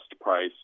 price